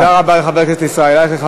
תודה רבה לחבר הכנסת ישראל אייכלר.